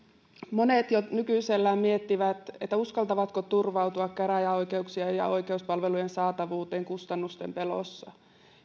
monet jo nykyisellään miettivät uskaltavatko turvautua käräjäoikeuksien ja ja oikeuspalvelujen saatavuuteen kustannusten pelossa